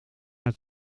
naar